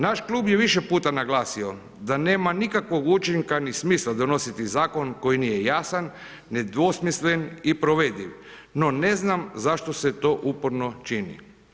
Naš klub je više puta naglasio da nema nikakvog učinka ni smisla donositi zakon koji nije jasan, nedvosmislen i provediv no ne znam zašto se to uporno čini.